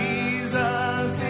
Jesus